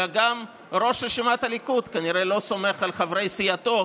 אלא גם ראש רשימת הליכוד כנראה לא סומך על חברי סיעתו,